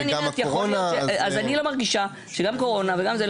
וגם הקורונה --- גם קורונה וגם זה,